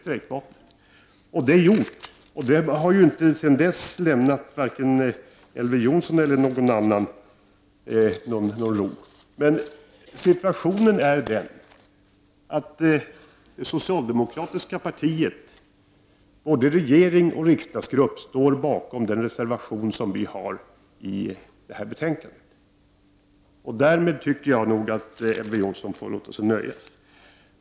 Detta är nu gjort, och det har sedan dess inte lämnat vare sig Elver Jonsson eller någon annan någon ro. Men situationen är den att socialdemokratiska partiet, både i regering och i riksdagsgrupp, står bakom den reservation vi avlämnat till detta betänkande. Därmed får Elver Jonsson nog låta sig nöja.